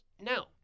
no